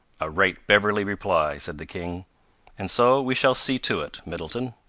a right beverley reply, said the king and so we shall see to it, middleton.